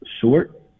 short